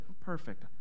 Perfect